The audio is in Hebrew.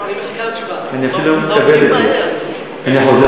אני מחכה לתשובה, אני חוזר